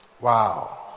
Wow